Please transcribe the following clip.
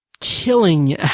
killing